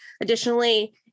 Additionally